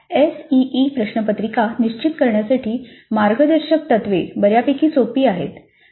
आता एसईई प्रश्नपत्रिका निश्चित करण्यासाठी मार्गदर्शकतत्त्वे बऱ्यापैकी सोपी आहेत